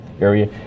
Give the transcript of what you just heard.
area